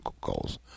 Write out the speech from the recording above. goals